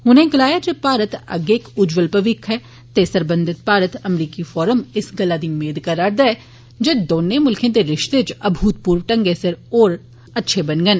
उनें गलाया जे भारत अग्गे इक उज्जवल भविक्ख ऐ ते सरबंघत भारत अमरीकी फोरम इस गल्लै दी मेद करा'रदा ऐ जे दौने मुल्खें दे रिश्तें च अमुतपूर्व ढंगै कन्नै होर अच्छे बनगन